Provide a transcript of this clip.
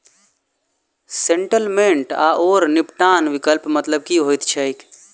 Settlement आओर निपटान विकल्पक मतलब की होइत छैक?